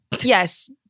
yes